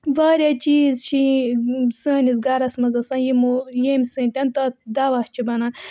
واریاہ چیٖز چھِ سٲنِس گَرَس مَنٛز آسان یِمو یمہ سۭتۍ تَتھ دَوا چھُ بَنان